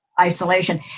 isolation